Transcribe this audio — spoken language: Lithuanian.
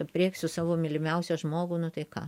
aprėksiu savo mylimiausią žmogų nu tai ką